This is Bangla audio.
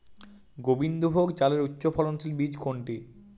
গোবিন্দভোগ চালের উচ্চফলনশীল বীজ কোনটি?